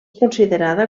considerada